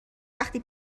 وقتی